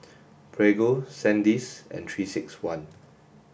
Prego Sandisk and three six one